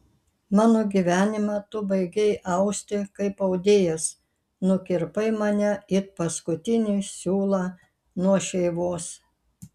mano gyvenimą tu baigei austi kaip audėjas nukirpai mane it paskutinį siūlą nuo šeivos